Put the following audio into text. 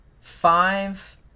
five